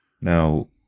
Now